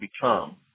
become